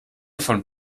von